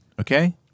Okay